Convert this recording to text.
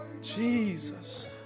Jesus